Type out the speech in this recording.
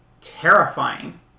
terrifying